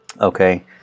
Okay